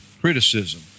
criticism